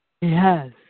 Yes